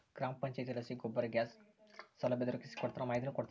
ಗ್ರಾಮ ಪಂಚಾಯಿತಿಲಾಸಿ ಗೋಬರ್ ಗ್ಯಾಸ್ ಸೌಲಭ್ಯ ದೊರಕಿಸಿಕೊಡ್ತಾರ ಮಾಹಿತಿನೂ ಕೊಡ್ತಾರ